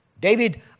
David